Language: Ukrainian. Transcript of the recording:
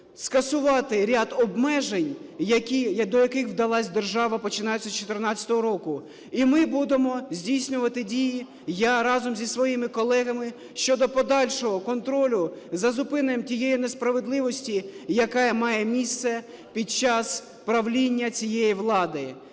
скасувати ряд обмежень, до яких вдалась держава, починаючи з 2014 року. І ми будемо здійснювати дії, я разом зі своїми колегами, щодо подальшого контролю за зупиненням тієї несправедливості, яка має місце під час правління цієї влади.